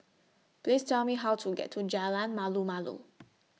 Please Tell Me How to get to Jalan Malu Malu